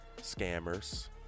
scammers